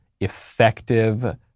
effective